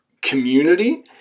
community